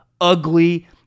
ugly